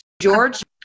George